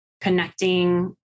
connecting